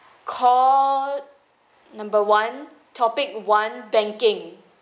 call number one topic one banking